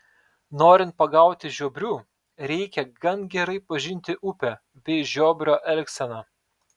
norint pagauti žiobrių reikia gan gerai pažinti upę bei žiobrio elgseną